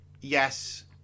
Yes